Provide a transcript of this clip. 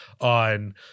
on